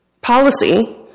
policy